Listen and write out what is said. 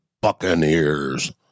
Buccaneers